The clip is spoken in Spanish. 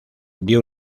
dio